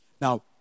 Now